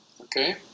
okay